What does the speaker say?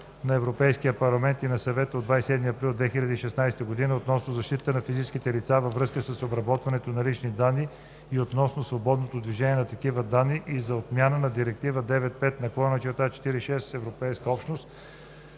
на Европейския парламент и на Съвета от 27 април 2016 година относно защитата на физическите лица във връзка с обработването на лични данни и относно свободното движение на такива данни и за отмяна на Директива 95/46/EО (Общ регламент относно